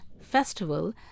festival